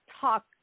talk